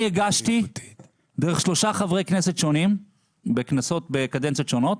אני הגשתי דרך שלושה חברי כנסת שונים בקדנציות שונות